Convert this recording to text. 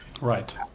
Right